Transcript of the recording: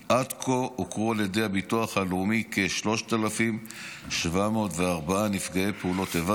עד כה הוכרו על ידי הביטוח הלאומי כ-3,704 נפגעי פעולות איבה,